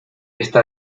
está